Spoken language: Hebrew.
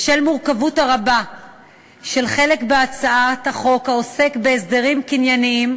בשל המורכבות הרבה של החלק בהצעת החוק העוסק בהסדרים קנייניים,